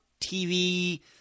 TV